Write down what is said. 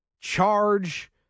charge